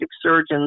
surgeons